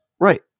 Right